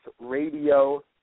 Radio